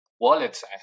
wallets